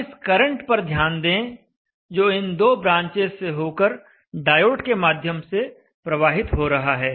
अब इस करंट पर ध्यान दें जो इन दो ब्रांचेज से होकर डायोड के माध्यम से प्रवाहित हो रहा है